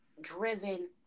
driven